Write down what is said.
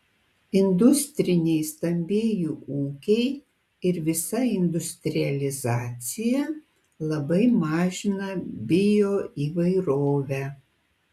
industriniai stambieji ūkiai ir visa industrializacija labai mažina bioįvairovę